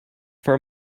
for